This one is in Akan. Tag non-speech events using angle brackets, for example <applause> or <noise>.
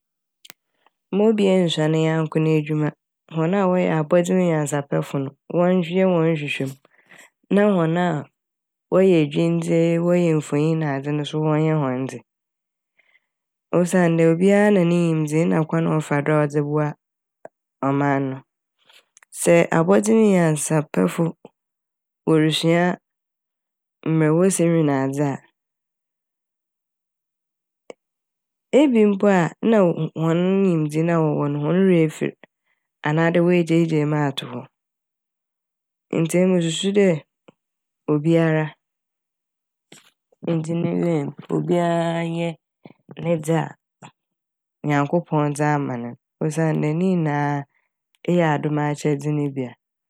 Mma obia nnsua ne nyɛnko n'edwuma. Hɔn a wɔyɛ abɔdzemunyansapɛfo wɔnhwe hɔn nhwehwɛmu <noise> na hɔn a wɔyɛ edwindze, wɔyɛ mfonyin nadze no so wɔnyɛ hɔn dze osiandɛ obi a na ne nyimdzee na kwan a ɔfa do a ɔdze boa ɔman no. <hesitation> Sɛ abɔdzemunyansapɛfo worusua mbrɛ wosi wen adze ee- ebi mpo a na hɔn nyimdzee na wɔwɔ no hɔn werɛ efir anaadɛ woegyaagyaa mu ato hɔ ntsi emi mususu dɛ obiara nndzi ne "lane" mu <noise> obia nnyɛ ne dze a Nyankopɔn dze ama ne n' osiandɛ ne nyinaa eyɛ adom akyɛde ne bi a.